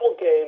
game